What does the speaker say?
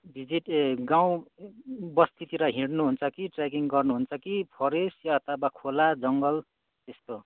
visit ए गाउँ बस्तीतिर हिँड्नुहुन्छ कि ट्रेकिङ गर्नुहुन्छ कि फोरेस्ट या अथवा खोला जङ्गल त्यस्तो